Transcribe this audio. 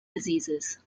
diseases